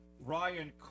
Ryan